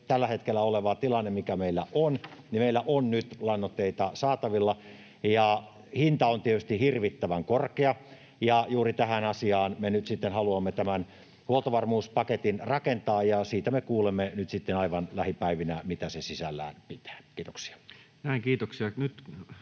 Tällä hetkellä olevassa tilanteessa, mikä meillä on, meillä on nyt lannoitteita saatavilla, mutta hinta on tietysti hirvittävän korkea, ja juuri tähän asiaan me nyt sitten haluamme tämän huoltovarmuuspaketin rakentaa. Siitä me kuulemme nyt sitten aivan lähipäivinä, mitä se sisällään pitää. — Kiitoksia.